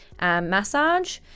massage